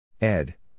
Ed